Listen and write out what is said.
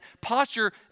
posture